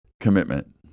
commitment